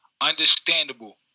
understandable